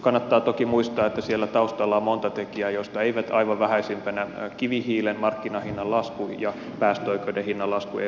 kannattaa toki muistaa että siellä taustalla on monta tekijää joista eivät aivan vähäisimpänä kivihiilen markkinahinnan lasku ja päästöoikeuden hinnan lasku eun päästökaupassa